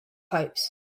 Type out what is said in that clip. pipes